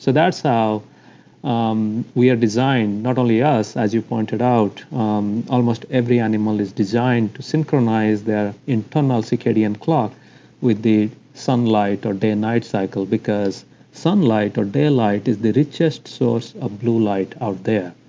so that's how um we are designed, not only us as you pointed out um almost every animal is designed to synchronize their internal circadian clock with the sunlight or day and night cycle, because sunlight or daylight is the richest source of blue light out there.